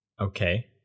Okay